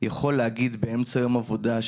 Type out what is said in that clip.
יכול להגיד באמצע יום עבודה,